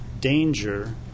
danger